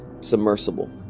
Submersible